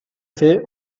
fer